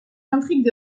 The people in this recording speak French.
intrigues